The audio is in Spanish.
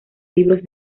libros